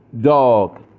dog